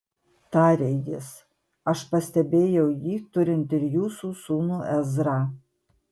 tarė jis aš pastebėjau jį turint ir jūsų sūnų ezrą